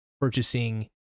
purchasing